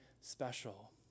special